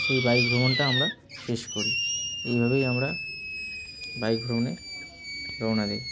সেই বাইক ভ্রমণটা আমরা শেষ করি এইভাবেই আমরা বাইক ভ্রমণে রওনা দিই